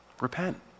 Repent